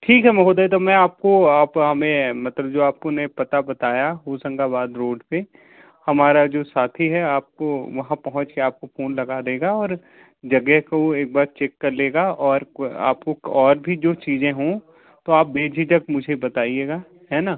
ठीक है महोदय तब मैं आपको अब हमें मतलब जो आपको मैं पता बताया होशंगाबाद रोड पर हमारा जो साथी है आपको वहाँ पहुंच के आपको फ़ोन लगा देगा और जगह को वो एक बार चेक कर लेगा और को आपको क और भी जो चीज़ें हों तो आप बेझिझक मुझे बताइएगा है ना